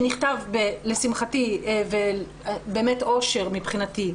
שנכתב לשמחתי ובאמת אושר מבחינתי,